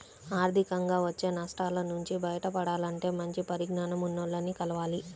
ఆర్థికంగా వచ్చే నష్టాల నుంచి బయటపడాలంటే మంచి పరిజ్ఞానం ఉన్నోల్లని కలవాలి